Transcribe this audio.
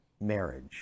marriage